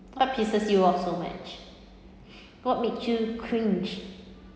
what pisses you off so much what makes you cringe